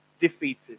defeated